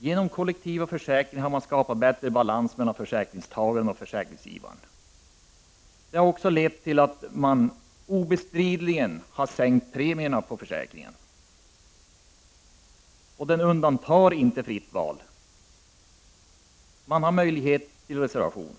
Genom kollektiva försäkringar har man skapat bättre balans mellan försäkringstagare och försäkringsgivare. Detta har obestridligen sänkt premierna på försäkringen. Det fria valet har inte heller eftersatts, eftersom man har möjlighet till reservation.